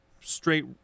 straight